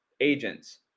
Agents